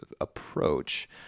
approach